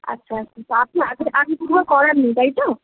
আচ্ছা আচ্ছা তো আপনি আগে আগে করাননি তাই তো